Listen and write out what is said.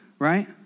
Right